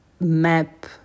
map